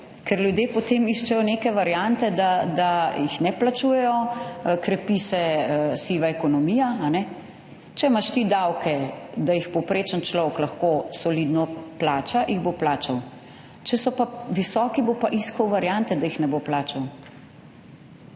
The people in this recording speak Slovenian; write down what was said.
ker ljudje potem iščejo neke variante, da jih ne plačujejo, krepi se siva ekonomija. Če imaš ti davke, da jih povprečen človek lahko solidno plača, jih bo plačal, če so pa visoki, bo pa iskal variante, da jih ne bo plačal